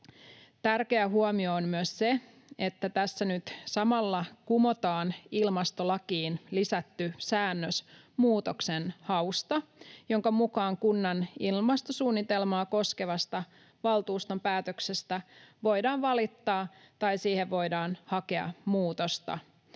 Tärkeä huomio on myös se, että tässä nyt samalla kumotaan ilmastolakiin lisätty säännös muutoksenhausta, jonka mukaan kunnan ilmastosuunnitelmaa koskevasta valtuuston päätöksestä voidaan valittaa tai siihen voidaan hakea muutosta.